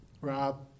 Rob